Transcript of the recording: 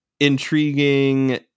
intriguing